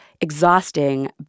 exhausting